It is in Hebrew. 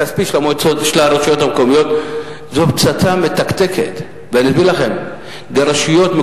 גני-הילדים שהצטרפו השנה ל"אופק חדש" הם או במחוז הצפון או במחוז הדרום,